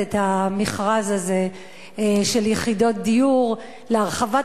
את המכרז הזה של יחידות דיור להרחבת